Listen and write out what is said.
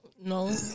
no